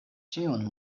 ĉiun